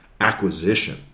acquisition